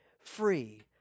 Free